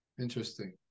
interesting